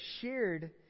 shared